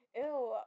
ew